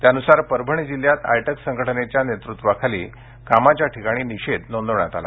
त्यानुसार परभणी जिल्ह्यात आयटक संघटनेच्या नेतृत्वाखाली कामाच्या ठिकाणी निषेध नोंदविला